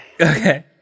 Okay